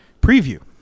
preview